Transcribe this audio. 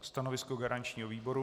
Stanovisko garančního výboru?